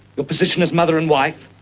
your position as mother and wife.